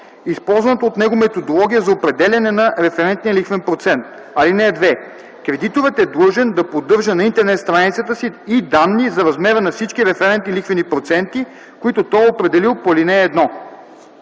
използваната от него методология за определяне на референтния лихвен процент. (2) Кредиторът е длъжен да поддържа на интернет страницата си и данни за размера на всички референтни лихвени проценти, които той е определил по ал. 1.”